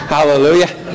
Hallelujah